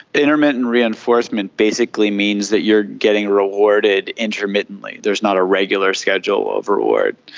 intermittent reinforcement basically means that you're getting rewarded intermittently, there's not a regular schedule of reward.